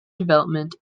development